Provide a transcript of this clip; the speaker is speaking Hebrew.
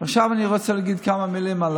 עכשיו אני רוצה להגיד כמה מילים על